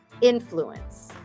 influence